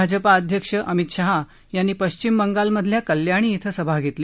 भाजपा अध्यक्ष अमित शहा यांनी पश्चिम बंगालमधल्या कल्याणी इथं सभा घेतली